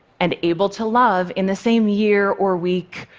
and able to love in the same year or week,